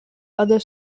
other